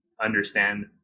understand